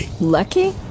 Lucky